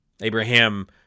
Abraham